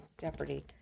jeopardy